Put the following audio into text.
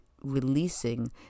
releasing